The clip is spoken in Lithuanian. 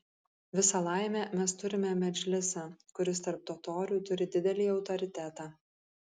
visa laimė mes turime medžlisą kuris tarp totorių turi didelį autoritetą